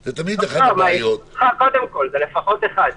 הם עלולים להפוך לעובדים סוג ב',